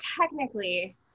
technically